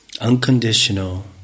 unconditional